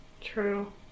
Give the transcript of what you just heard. True